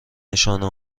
نشانه